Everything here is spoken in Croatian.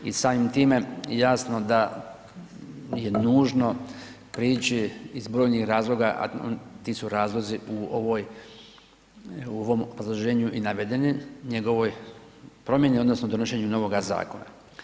I samim time jasno da je nužno prići iz brojnih razloga a ti su razlozi u ovoj, u ovom obrazloženju i navedeni, njegovoj promjeni odnosno donošenju novoga zakona.